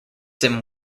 him